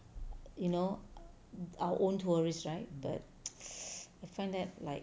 you know our own tourist right but I find that like